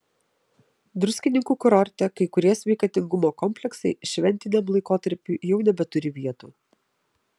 druskininkų kurorte kai kurie sveikatingumo kompleksai šventiniam laikotarpiui jau nebeturi vietų